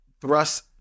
thrust